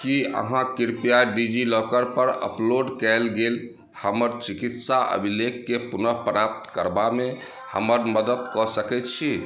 की अहाँ कृपया डिजिलॉकर पर अपलोड कयल गेल हमर चिकित्सा अभिलेखकेंँ पुन प्राप्त करबामे हमर मदत कऽ सकैत छी